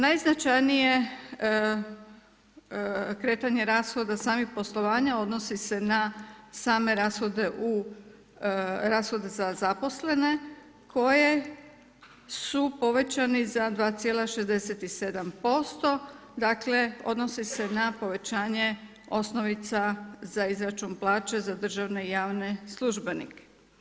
Najznačajnije kretanje rashoda samih poslovanja odnosi se na same rashode u, rashode za zaposlene koji su povećani za 2,67%, dakle odnosi se na povećanje osnovica za izračune plaće za državne i javne službenike.